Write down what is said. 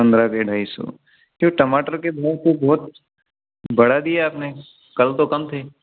पंद्रह के ढाई सौ क्यूँ टमाटर के भाव तो बहुत बढ़ा दिये आपने कल तो कम थे